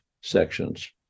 sections